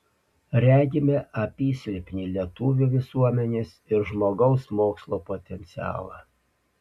regime apysilpnį lietuvių visuomenės ir žmogaus mokslo potencialą